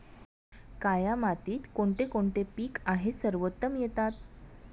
काया मातीत कोणते कोणते पीक आहे सर्वोत्तम येतात?